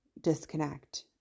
disconnect